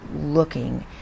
looking